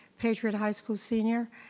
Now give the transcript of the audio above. patriot high school senior,